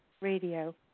radio